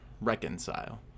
reconcile